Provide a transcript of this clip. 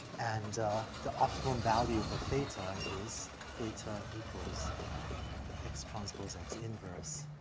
and the optimum value for theta is theta equals x transpose x inverse,